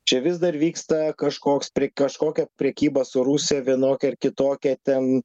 čia vis dar vyksta kažkoks prie kažkokio prekyba su rusija vienokia ar kitokia ten